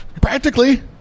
Practically